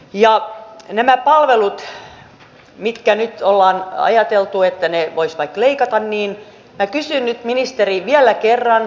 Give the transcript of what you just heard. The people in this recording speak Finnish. näistä palveluista mistä nyt on ajateltu että ne voisi vaikka leikata minä kysyn nyt ministeri vielä kerran